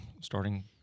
starting